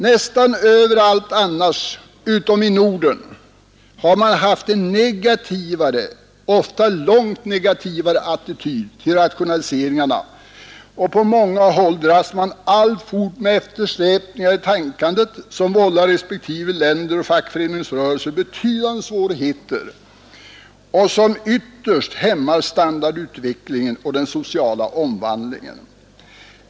Nästan överallt utom i Norden har man haft en negativ, ofta långt negativare attityd till rationaliseringar, och på många håll dras man alltfort med eftersläpningar i tänkandet som vållar respektive länder och fackföreningsrörelser betydande svårigheter och som ytterst hämmar standardutvecklingen och den sociala omvandlingen.